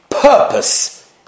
purpose